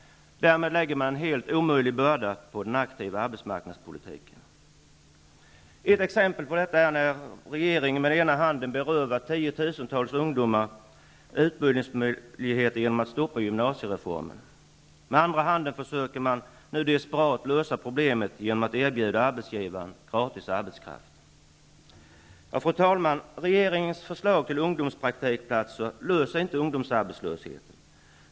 Därmed lägger man en omöjlig börda på den aktiva arbetsmarknadspolitiken. Ett exempel på detta är när regeringen med ena handen berövar tiotusentals ungdomar utbildningsmöjligheter genom att stoppa gymnasiereformen. Med andra handen försöker man nu desperat lösa problemet genom att erbjuda arbetsgivarna gratis arbetskraft. Fru talman! Regeringens förslag till ungdomspraktikplatser löser inte ungdomsarbetslösheten.